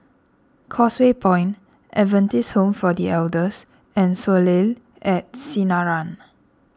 Causeway Point Adventist Home for the Elders and Soleil at Sinaran